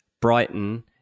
Brighton